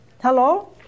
Hello